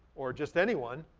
or just anyone,